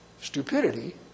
stupidity